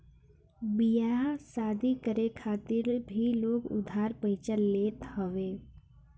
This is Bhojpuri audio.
बियाह शादी करे खातिर भी लोग उधार पइचा लेत हवे